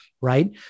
right